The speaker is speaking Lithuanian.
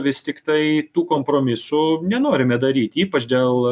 vis tiktai tų kompromisų nenorime daryt ypač dėl